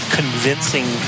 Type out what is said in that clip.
convincing